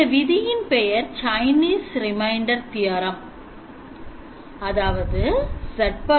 இந்த விதியின் பெயர் Chinese Remainder Theoremz −1Z2